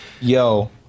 yo